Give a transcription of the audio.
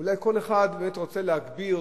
ואולי כל אחד רוצה להגביר